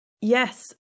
yes